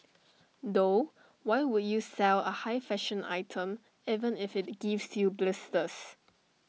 though why would you sell A high fashion item even if IT gives you blisters